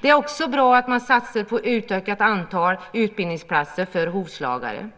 Det är också bra att man satsar på utökat antal utbildningsplatser för hovslagare.